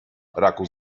raku